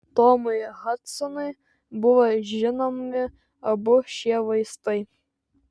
tomui hadsonui buvo žinomi abu šie vaistai